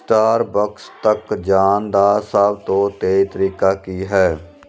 Starbucks ਤੱਕ ਜਾਣ ਦਾ ਸਭ ਤੋਂ ਤੇਜ਼ ਤਰੀਕਾ ਕੀ ਹੈ